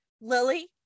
Lily